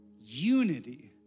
unity